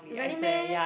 really meh